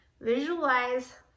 Visualize